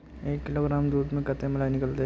एक किलोग्राम दूध में कते मलाई निकलते?